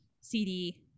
CD